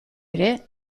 ere